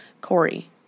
Corey